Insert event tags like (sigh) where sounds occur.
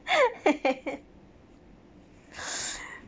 (laughs)